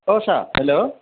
औ सार हेल'